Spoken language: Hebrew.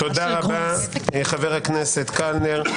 תודה רבה, חבר הכנסת קלנר.